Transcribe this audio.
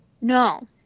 No